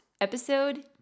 episode